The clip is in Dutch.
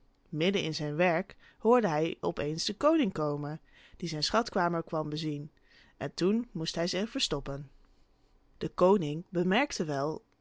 in zijn werk hoorde hij op eens den koning komen die zijn schatkamer kwam bezien en toen moest hij zich verstoppen de koning bemerkte wel